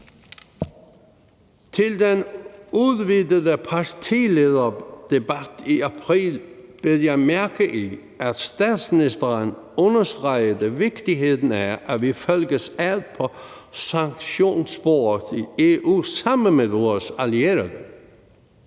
Til den udvidede partilederdebat i april bed jeg mærke i, at statsministeren understregede vigtigheden af, at vi følges ad i sanktionssporet i EU sammen med vores allierede,